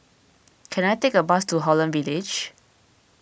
can I take a bus to Holland Village